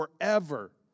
forever